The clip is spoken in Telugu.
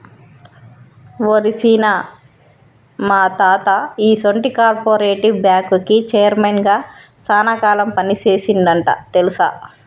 ఓరి సీన, మా తాత ఈసొంటి కార్పెరేటివ్ బ్యాంకుకి చైర్మన్ గా సాన కాలం పని సేసిండంట తెలుసా